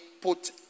put